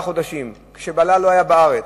שבעלה לא היה בארץ,